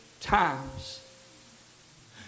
times